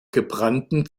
gebrannten